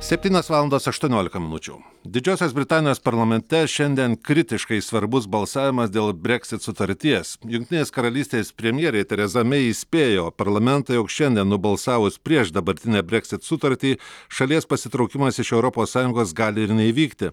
septynias valandas aštuoniolika minučių didžiosios britanijos parlamente šiandien kritiškai svarbus balsavimas dėl breksit sutarties jungtinės karalystės premjerė tereza mei įspėjo parlamentą jog šiandien nubalsavus prieš dabartinę breksit sutartį šalies pasitraukimas iš europos sąjungos gali ir neįvykti